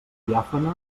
diàfana